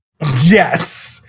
Yes